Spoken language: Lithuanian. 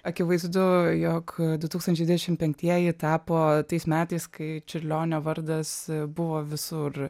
akivaizdu jog du tūkstančiai dvidešimt penktieji tapo tais metais kai čiurlionio vardas buvo visur